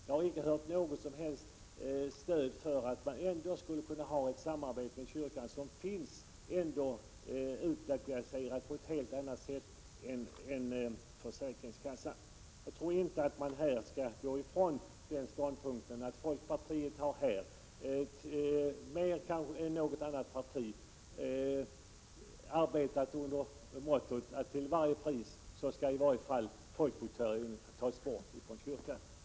Jag har inte hört något stöd för att man ändå skulle kunna ha ett samarbete med kyrkan, som är utlokaliserad på ett helt annat sätt än försäkringskassan. Jag tror inte att man kan komma ifrån att folkpartiet kanske mer än något annat parti har arbetat under mottot att folkbokföringen till varje pris skall tas bort från kyrkan.